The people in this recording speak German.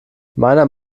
meiner